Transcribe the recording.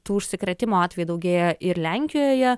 tų užsikrėtimo atvejų daugėja ir lenkijoje